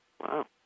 Wow